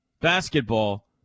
basketball